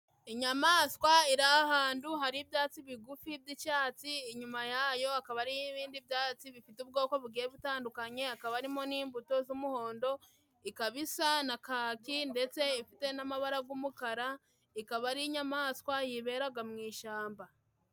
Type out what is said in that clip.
Inyamaswa iri hantu hari ibyatsi bigufi by'icatsi inyuma yayo hakaba ari ibindi byatsi bifite ubwoko bugenda butandukanye, hakaba ari harimo n'imbuto z'umuhondo, ikaba isa na kaki ndetse ifite n'amabara g'umukara, ikaba ari inyamaswa yiberaga mu ishamba.